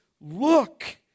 Look